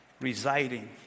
residing